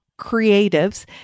creatives